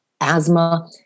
asthma